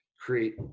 create